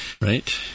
right